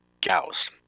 Gauss